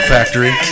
Factory